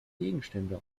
gegenstände